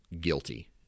guilty